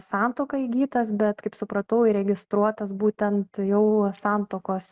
santuoką įgytas bet kaip supratau įregistruotas būtent jau santuokos